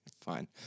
fine